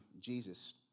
Jesus